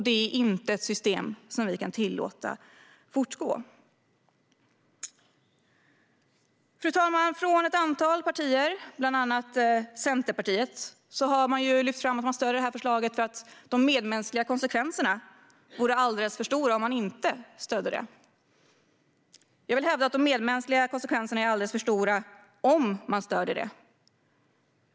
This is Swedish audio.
Det är inte ett system som vi kan tillåta fortgå. Fru talman! Från ett antal partier, bland annat Centerpartiet, har man lyft fram att man stöder detta förslag för att de medmänskliga konsekvenserna vore alldeles för stora om man inte stödde det. Jag vill hävda att de medmänskliga konsekvenserna är alldeles för stora om man stöder det.